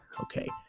okay